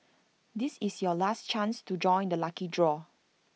this is your last chance to join the lucky draw